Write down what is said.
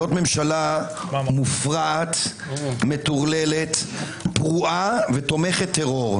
זו ממשלה מופרעת, מטורללת, פרועה ותומכת טרור.